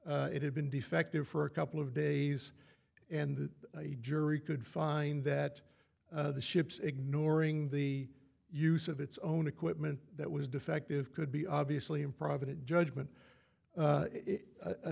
that it had been defective for a couple of days and the jury could find that the ships ignoring the use of its own equipment that was defective could be obviously improvident judgment